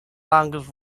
longest